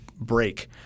break